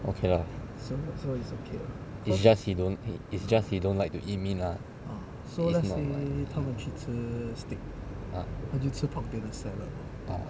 okay lah it's just he don't it's just he don't like to eat meat lah is not right ah ah